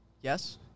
Yes